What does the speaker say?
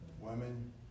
women